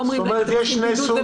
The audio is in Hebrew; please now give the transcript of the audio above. אז